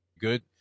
good